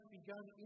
begun